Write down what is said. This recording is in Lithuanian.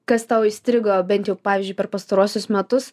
kas tau įstrigo bent jau pavyzdžiui per pastaruosius metus